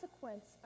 consequence